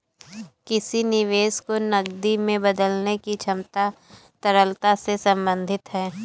किसी निवेश को नकदी में बदलने की क्षमता तरलता से संबंधित है